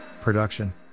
production